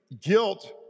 guilt